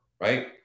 right